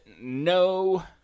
no